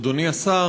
אדוני השר,